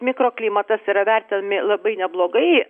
mikroklimatas yra vertinami labai neblogai